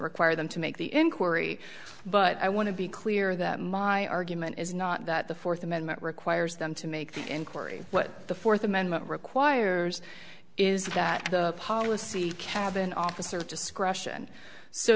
require them to make the inquiry but i want to be clear that my argument is not that the fourth amendment requires them to make the inquiry what the fourth amendment requires is that the policy cabinet officer of discretion so